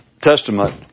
testament